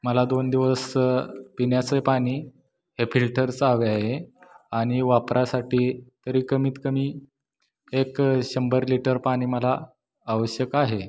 मला दोन दिवस पिण्याचे पाणी हे फिल्टरचं हवे आहे आणि वापरासाठी तरी कमीतकमी एक शंभर लिटर पाणी मला आवश्यक आहे